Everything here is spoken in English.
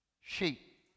sheep